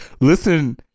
listen